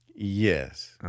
Yes